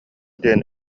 диэн